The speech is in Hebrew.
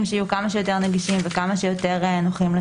אני מניח כשהחוק המקורי חוקק לא היה בו נודניק מהסוג שלי,